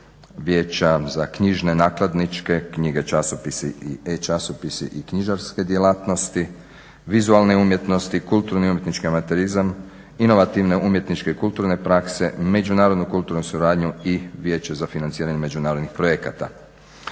vijeća za knjižne, nakladničke knjige, časopise i e-časopise i knjižarske djelatnosti, vizualne umjetnosti, kulturni i umjetnički amaterizam, inovativne umjetničke i kulturne prakse, međunarodnu kulturnu suradnju i Vijeće za financiranje međunarodnih projekata.